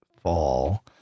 fall